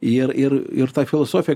ir ir ir ta filosofija